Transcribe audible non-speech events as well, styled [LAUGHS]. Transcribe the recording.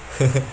[LAUGHS]